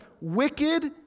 wicked